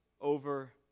over